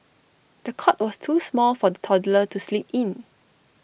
the cot was too small for the toddler to sleep in